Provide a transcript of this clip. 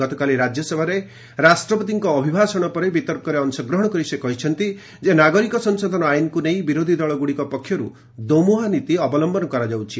ଗତକାଲି ରାଜ୍ୟସଭାରେ ରାଷ୍ଟ୍ରପତିଙ୍କ ଅଭିଭାଷଣ ପରେ ବିତର୍କରେ ଅଂଶଗ୍ରହଣ କରି ସେ କହିଛନ୍ତି ଯେ ନାଗରିକ ସଂଶୋଧନ ଆଇନକୁ ନେଇ ବିରୋଧୀଦଳଗୁଡ଼ିକ ପକ୍ଷରୁ ଦୋମୁହାଁ ନୀତି ଅବଲମ୍ଭନ କରାଯାଉଛି